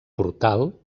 portal